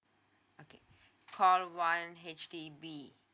okay call one H_D_B